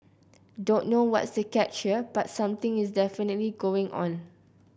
don't know what's the catch here but something is definitely going on